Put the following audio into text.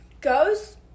goes